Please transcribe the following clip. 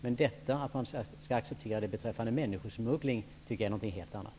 Men att acceptera det beträffande människosmuggling tycker jag är någonting helt annat.